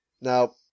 Now